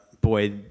boy